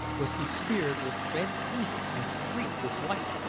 was besmeared with red paint and streaked with white.